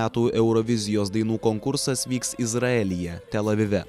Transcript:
metų eurovizijos dainų konkursas vyks izraelyje tel avive